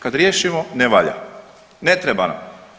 Kad riješimo ne valja, ne treba nam.